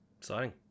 Exciting